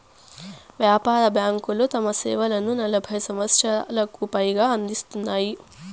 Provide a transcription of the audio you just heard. వ్యాపార బ్యాంకులు తమ సేవలను నలభై సంవచ్చరాలకు పైగా అందిత్తున్నాయి